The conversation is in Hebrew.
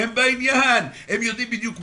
הם בעניין, הם יודעים בדיוק מה.